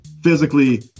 physically